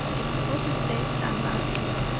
it's footsteps i am after,